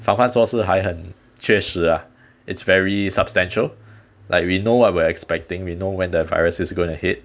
防范措施还很确实 ah it's very substantial like we know what we're expecting we know when the virus is going to hit